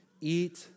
eat